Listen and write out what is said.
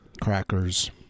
crackers